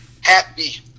happy